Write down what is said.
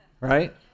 Right